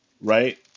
right